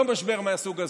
לא משבר מהסוג הזה.